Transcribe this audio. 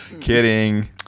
Kidding